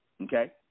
Okay